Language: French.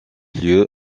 lieu